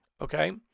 Okay